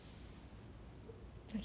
mine's a movie it's a movie [one]